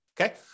okay